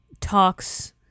talks